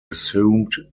assumed